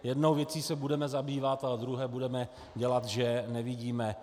Jednou věcí se budeme zabývat a druhé budeme dělat, že nevidíme.